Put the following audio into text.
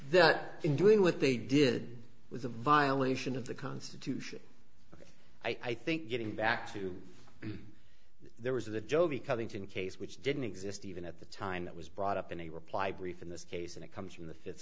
that in doing what they did was a violation of the constitution i think getting back to there was a jovi covington case which didn't exist even at the time it was brought up in a reply brief in this case and it comes from the fifth